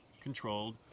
controlled